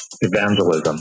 evangelism